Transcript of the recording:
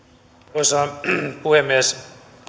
arvoisa puhemies